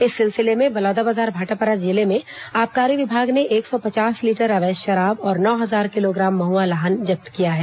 इस सिलसिले में बलौदाबाजार भाटापारा जिले में आबकारी विभाग ने एक सौ पचास लीटर अवैध शराब और नौ हजार किलोग्राम महुआ लाहन जब्त किया है